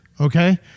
okay